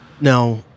Now